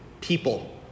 people